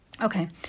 okay